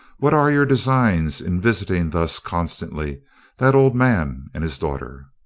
what are your designs in visiting thus constantly that old man and his daughter?